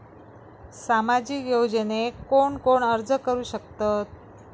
सामाजिक योजनेक कोण कोण अर्ज करू शकतत?